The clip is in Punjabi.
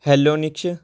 ਹੈਲੋਨਿਚ